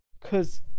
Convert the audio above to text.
cause